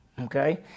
Okay